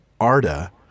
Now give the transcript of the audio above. Arda